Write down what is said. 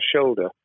shoulder